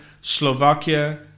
Slovakia